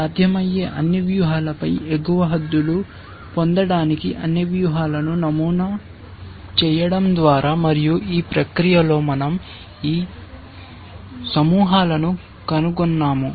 సాధ్యమయ్యే అన్ని వ్యూహాలపై ఎగువ హద్దులు పొందడానికి అన్ని వ్యూహాలను నమూనా చేయడం ద్వారా మరియు ఈ ప్రక్రియలో మన০ ఈ సమూహాలను కనుగొన్నాము